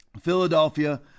Philadelphia